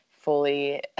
fully